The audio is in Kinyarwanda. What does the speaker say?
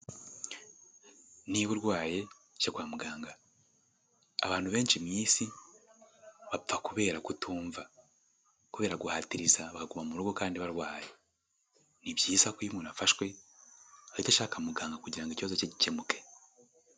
Niba urwaye jya kwa muganga. Abantu benshi mu isi bapfa kubera kutumva kubera guhatiriza baguma mu rugo kandi barwaye. Ni byiza ko iyo umuntu afashwe ahita ashaka muganga kugira ngo ikibazo cye gikemuke.